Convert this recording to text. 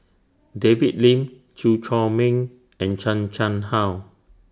David Lim Chew Chor Meng and Chan Chang How